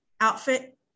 outfit